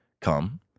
come